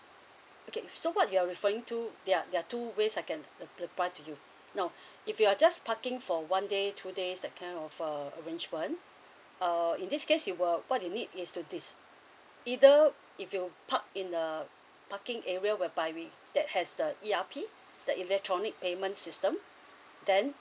okay so what you're referring to there there are two ways I can ap~ apply to you now if you're just parking for one day two days that kind of uh arrangement uh in this case you were what you need is to this either if you park in the parking area whereby we that has the E_R_P the electronic payment system then